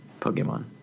Pokemon